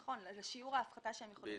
נכון, לשיעור ההפחתה שהם יכולים לקבל.